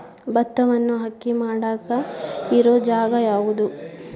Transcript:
ಭತ್ತವನ್ನು ಅಕ್ಕಿ ಮಾಡಾಕ ಇರು ಜಾಗ ಯಾವುದು?